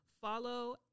follow